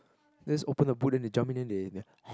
just open the boot then they jump in then they